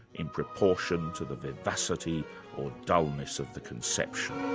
in proportion to the vivacity or dullness of the conception.